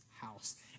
house